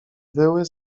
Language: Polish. wyły